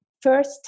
first